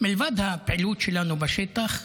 מלבד הפעילות שלנו בשטח,